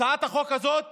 הצעת החוק הזאת